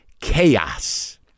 chaos